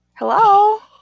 hello